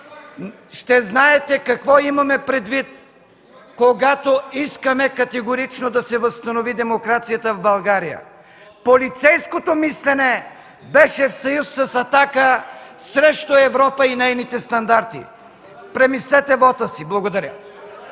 ще знаете какво имаме предвид, когато искаме категорично да се възстанови демокрацията в България. Полицейското мислене беше в съюз с „Атака” срещу Европа и нейните стандарти. Премислете вота си. Благодаря.